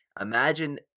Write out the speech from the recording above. imagine